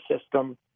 system